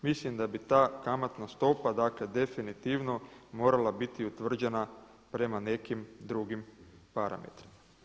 Mislim da bi ta kamatna stopa, dakle definitivno morala biti utvrđena prema nekim drugim parametrima.